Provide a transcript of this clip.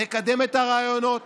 נקדם את הרעיונות,